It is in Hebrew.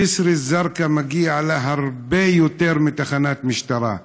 ג'יסר א-זרקא, מגיע לה הרבה יותר מתחנת משטרה,